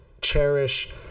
cherish